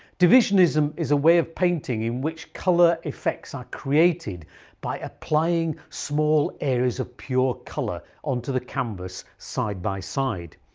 divisionism is a way of painting in which colour effects are created by applying small areas of pure colour onto the canvas side by side,